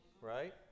Right